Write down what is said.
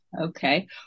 Okay